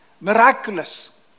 Miraculous